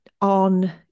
on